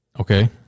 Okay